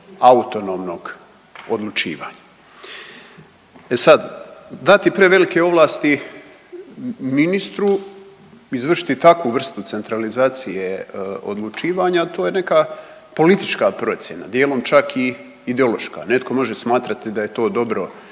autonomnog odlučivanja. E sad, dati prevelike ovlasti ministru, izvršiti takvu vrstu centralizacije odlučivanja to je neka politička procjena, dijelom čak i ideološka. Netko može smatrati da je to dobro